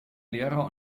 lehrer